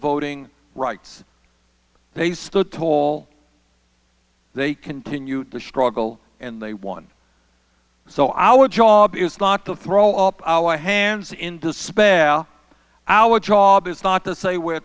voting rights they stood tall they continue to struggle and they won so our job is not to throw up our hands in despair our job is not to say we're